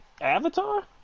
Avatar